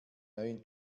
neuen